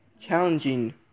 Challenging